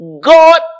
God